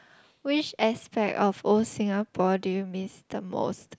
which aspect of old Singapore do you miss the most